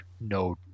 no